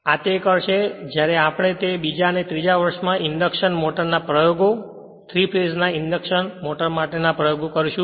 આ તે કરશે જ્યારે આપણે તે બીજા અને ત્રીજા વર્ષે માં ઇન્ડક્શન મોટર ના પ્રયોગો 3 ફેજ ના ઇન્ડક્શન મોટર ના પ્રયોગો કરશું